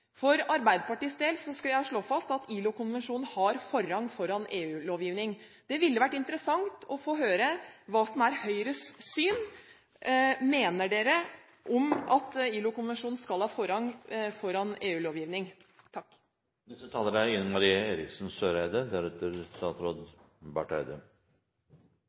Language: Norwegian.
For Arbeiderpartiets del skal jeg slå fast at ILO-konvensjoner har forrang foran EU-lovgivning. Det ville vært interessant å få høre hva som er Høyres syn. Mener de ILO-konvensjoner skal ha forrang foran